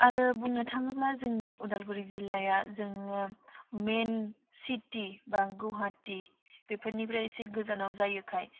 आरो बुंनो थाङोब्ला जोंनि अदालगुरि जिल्लाया जोङो मेइन सिटि बा गुवाहाटी बेफोरनिफ्राय एसे गोजानाव जायोखाय